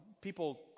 people